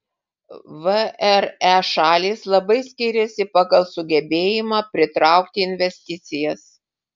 vre šalys labai skiriasi pagal sugebėjimą pritraukti investicijas